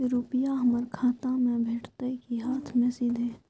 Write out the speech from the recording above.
रुपिया हमर खाता में भेटतै कि हाँथ मे सीधे?